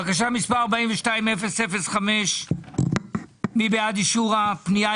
בקשה מס' 42-005, מי בעד אישור הפנייה?